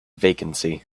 vacancy